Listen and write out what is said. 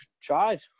tried